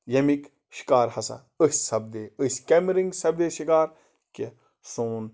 ییٚمِکۍ شِکار ہسا أسۍ سَپدے أسۍ کیٚمہِ رٔنٛگۍ سَپدے أسۍ شِکار کہِ سون